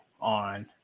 on